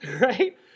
right